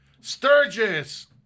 Sturgis